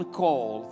call